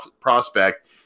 prospect